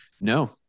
No